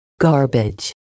Garbage